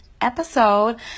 episode